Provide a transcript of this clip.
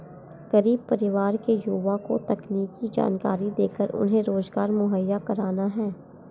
गरीब परिवार के युवा को तकनीकी जानकरी देकर उन्हें रोजगार मुहैया कराना है